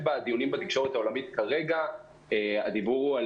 בדיונים בתקשורת העולמית כרגע מדובר על